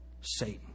Satan